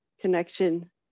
connection